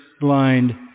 blind